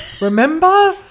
Remember